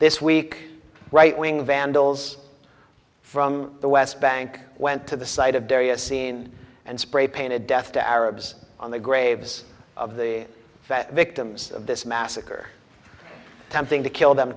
this week right wing vandals from the west bank went to the site of bury a scene and spray painted death to arabs on the graves of the fat victims of this massacre attempting to kill them